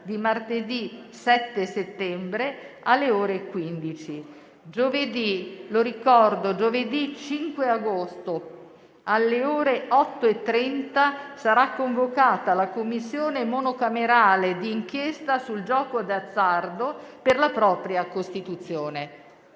di martedì 7 settembre, alle ore 15. Ricordo che giovedì 5 agosto, alle ore 8,30, sarà convocata la Commissione monocamerale d'inchiesta sul gioco d'azzardo, per la propria costituzione.